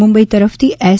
મુંબઈ તરફથી એસ